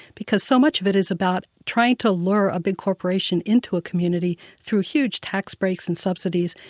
because so much of it is about trying to lure a big corporation into a community through huge tax breaks and subsidies.